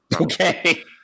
Okay